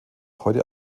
heute